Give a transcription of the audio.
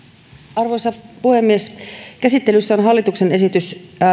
arvoisa puhemies käsittelyssä on hallituksen esitys